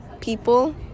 people